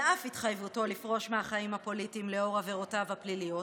על אף התחייבותו לפרוש מהחיים הפוליטיים לאור עבירותיו הפליליות,